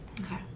Okay